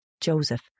Joseph